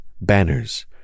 banners